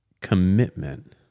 commitment